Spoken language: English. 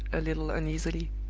a little uneasily.